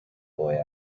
boy